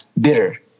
bitter